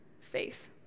faith